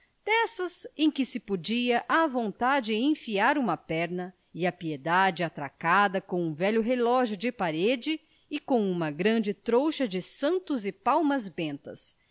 dessas em que se podia à vontade enfiar uma perna e a piedade atracada com um velho relógio de parede e com uma grande trouxa de santos e palmas bentas